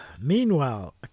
Meanwhile